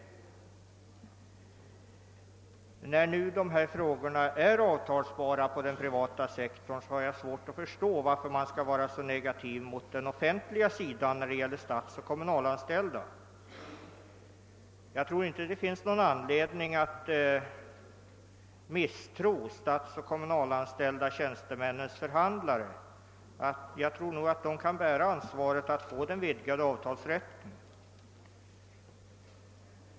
Med hänsyn till att dessa frågor är avtalsbara inom den privata sektorn har jag svårt att förstå varför man på det offentliga området har en så negativ intällning när det gäller statsoch kommunalanställda i detta avseende. Jag tror inte att det finns någon anledning att misstro de statsoch kommunalanställda — tjänstemännens = förhandlare. De kan nog bära det ansvar som den vidgade avtalsrätten medför.